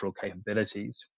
capabilities